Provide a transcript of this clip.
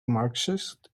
marxist